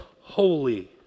holy